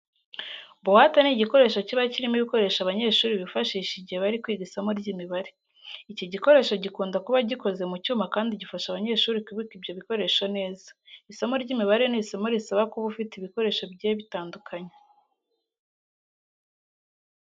Buwate ni igikoresho kiba kirimo ibikoresho abanyeshuri bifashisha igihe bari kwiga isomo ry'imibare. Iki gikoresho gikunda kuba gikoze mu cyuma kandi gifasha abanyeshuri kubika ibyo bikoresho neza. Isomo ry'imibare ni isomo risaba kuba ufite ibikoresho bigiye bitandukanye.